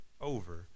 over